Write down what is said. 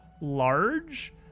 large